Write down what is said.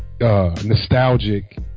nostalgic